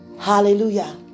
Hallelujah